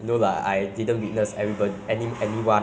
then if anyone who report loss of